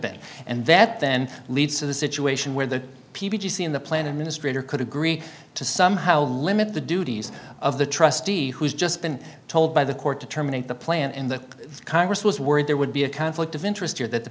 been and that then leads to the situation where the p t c in the planning ministry here could agree to somehow limit the duties of the trustee who's just been told by the court to terminate the plan and the congress was worried there would be a conflict of interest or that the